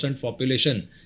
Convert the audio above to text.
population